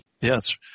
Yes